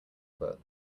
foot